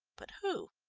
but who?